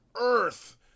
earth